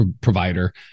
provider